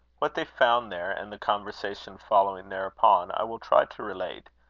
what they found there, and the conversation following thereupon, i will try to relate,